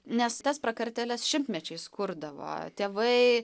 nes tas prakartėles šimtmečiais kurdavo tėvai